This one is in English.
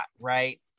Right